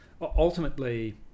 Ultimately